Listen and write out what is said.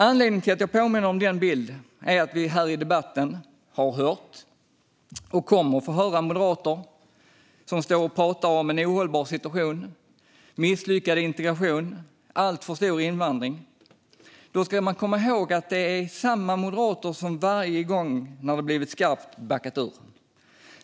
Anledningen till att jag påminner om den bilden är att vi här i debatten har hört, och kommer att få höra, moderater prata om en ohållbar situation, en misslyckad integration och en alltför stor invandring. Då ska man komma ihåg att det är samma moderater som varje gång när det blivit skarpt läge har backat ur.